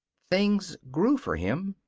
things grew for him.